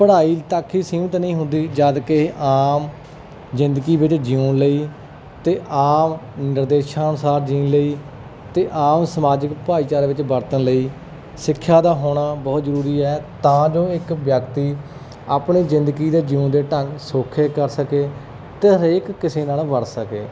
ਪੜ੍ਹਾਈ ਤੱਕ ਹੀ ਸੀਮਤ ਨਹੀਂ ਹੁੰਦੀ ਜਦੋਂ ਕਿ ਆਮ ਜ਼ਿੰਦਗੀ ਵਿੱਚ ਜਿਉਣ ਲਈ ਅਤੇ ਆਮ ਨਿਰਦੇਸ਼ਾਂ ਅਨੁਸਾਰ ਜਿਉਣ ਲਈ ਅਤੇ ਆਮ ਸਮਾਜਿਕ ਭਾਈਚਾਰੇ ਵਿੱਚ ਵਰਤਣ ਲਈ ਸਿੱਖਿਆ ਦਾ ਹੋਣਾ ਬਹੁਤ ਜ਼ਰੂਰੀ ਹੈ ਤਾਂ ਜੋ ਇੱਕ ਵਿਅਕਤੀ ਆਪਣੀ ਜ਼ਿੰਦਗੀ ਦੇ ਜਿਉਣ ਦੇ ਢੰਗ ਸੌਖੇ ਕਰ ਸਕੇ ਅਤੇ ਹਰੇਕ ਕਿਸੇ ਨਾਲ ਵਰਤ ਸਕੇ